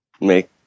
make